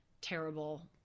terrible